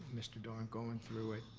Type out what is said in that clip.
mr. doran, going through it.